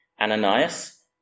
Ananias